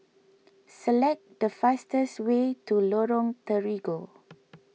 Select the fastest way to Lorong Terigu